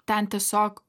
ten tiesiog